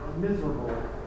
miserable